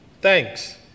Thanks